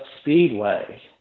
Speedway